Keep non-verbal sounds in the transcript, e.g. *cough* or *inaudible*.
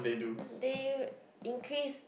*noise* they in case